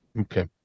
Okay